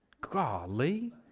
Golly